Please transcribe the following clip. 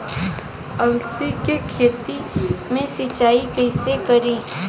अलसी के खेती मे सिचाई कइसे करी?